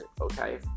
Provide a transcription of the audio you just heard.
Okay